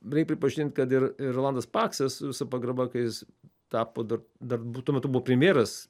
reik pripažint kad ir rolandas paksas su visa pagarba kai jis tapo dar dar bu tuo metu buvo premjeras